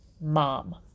Mom